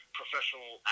professional